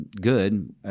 good